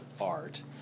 art